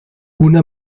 una